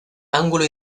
ángulo